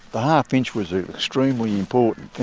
the half-inch was an extremely important thing.